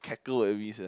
Checker and Risk ah